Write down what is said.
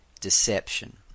deception